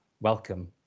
Welcome